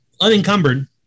unencumbered